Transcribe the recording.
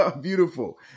Beautiful